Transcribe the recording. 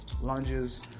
lunges